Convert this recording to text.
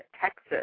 Texas